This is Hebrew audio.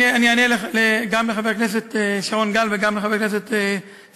אני אענה גם לחבר הכנסת שרון גל וגם לחבר הכנסת סמוטריץ.